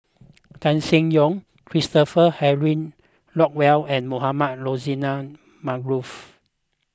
Tan Seng Yong Christopher Henry Rothwell and Mohamed Rozani Maarof